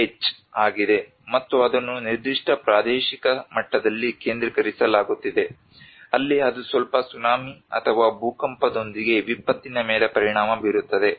ಏಚ್ ಆಗಿದೆ ಮತ್ತು ಅದನ್ನು ನಿರ್ದಿಷ್ಟ ಪ್ರಾದೇಶಿಕ ಮಟ್ಟದಲ್ಲಿ ಕೇಂದ್ರೀಕರಿಸಲಾಗುತ್ತಿದೆ ಅಲ್ಲಿ ಅದು ಸ್ವಲ್ಪ ಸುನಾಮಿ ಅಥವಾ ಭೂಕಂಪದೊಂದಿಗೆ ವಿಪತ್ತಿನ ಮೇಲೆ ಪರಿಣಾಮ ಬೀರುತ್ತದೆ